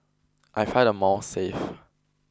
I find the malls safe